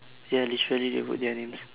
ya literally he put their names